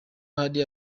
hari